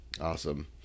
Awesome